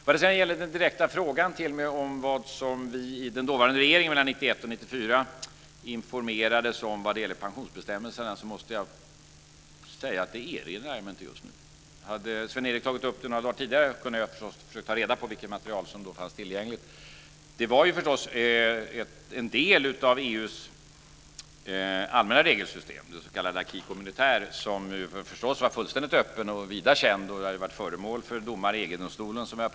När det gäller den direkta frågan till mig om vad vi i den dåvarande regeringen mellan 1991 och 1994 informerades om angående pensionsbestämmelserna måste jag säga att det erinrar jag mig inte just nu. Hade Sven-Erik Sjöstrand tagit upp frågan ett par dagar tidigare hade jag förstås kunnat ta reda på vilket material som då fanns tillgängligt. Det var en del av EU:s andra regelsystem, det s.k. l'acquis communautaire, som förstås var fullständigt öppet och vida känt. Det hade ju varit föremål för domar i EG-domstolen.